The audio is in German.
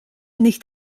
nicht